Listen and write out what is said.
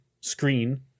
screen